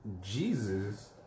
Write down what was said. Jesus